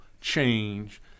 change